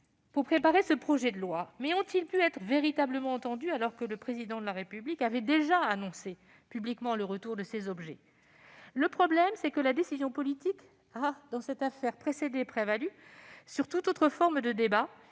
pour préparer ce projet de loi ; mais ont-ils pu être véritablement entendus, sachant que le Président de la République avait déjà annoncé publiquement le retour de ces objets ? Le problème, dans cette affaire, est que la décision politique a précédé et prévalu sur toute autre forme de débat,